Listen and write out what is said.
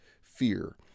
fear